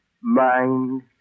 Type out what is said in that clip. mind